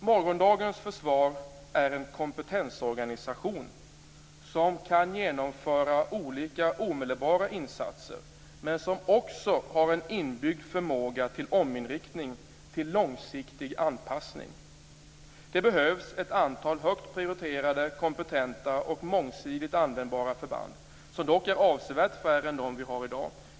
Morgondagens försvar är en kompetensorganisation som kan genomföra olika omedelbara insatser, men som också har en inbyggd förmåga till ominriktning, till långsiktig anpassning. Det behövs ett antal högt prioriterade, kompetenta och mångsidigt användbara förband, som dock är avsevärt färre än de vi har i dag.